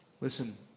Listen